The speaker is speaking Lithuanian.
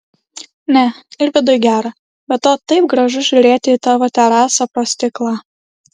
ne ir viduj gera be to taip gražu žiūrėti į tavo terasą pro stiklą